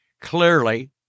Clearly